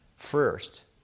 First